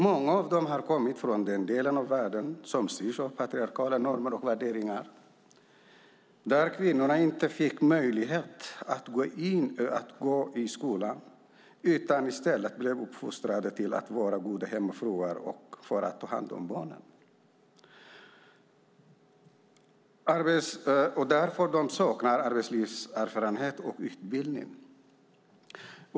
Många av dem har kommit från den delen av världen som styrs av patriarkala normer och värderingar, där kvinnorna inte fick möjlighet att gå i skolan utan i stället blev uppfostrade till att vara goda hemmafruar och ta hand om barnen. Därför saknar de arbetslivserfarenhet och utbildning.